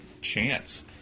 chance